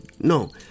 No